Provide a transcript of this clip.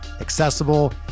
accessible